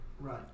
Right